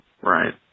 right